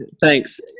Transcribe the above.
thanks